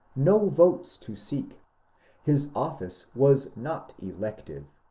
no votes to seek his office was not elective,